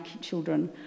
children